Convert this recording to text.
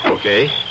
Okay